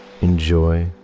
Enjoy